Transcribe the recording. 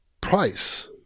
price